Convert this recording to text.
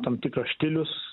tam tikras štilius